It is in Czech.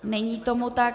Není tomu tak.